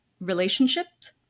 relationships